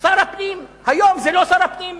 שר הפנים, היום זה לא שר הפנים,